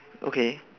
okay